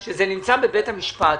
יש פה הליך שמתנהל בבית המשפט